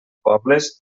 pobles